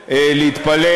רוצה להתפלל.